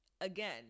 Again